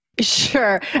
Sure